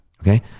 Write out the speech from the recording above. okay